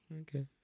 Okay